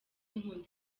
nkunda